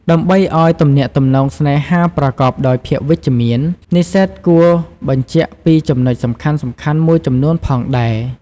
ដើម្បីឱ្យទំនាក់ទំនងស្នេហាប្រកបដោយភាពវិជ្ជមាន និស្សិតគួរបញ្ជាក់ពីចំណុចសំខាន់ៗមួយចំនួនផងដែរ។